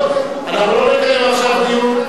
אנחנו לא נקיים עכשיו דיון.